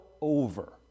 over